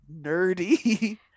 nerdy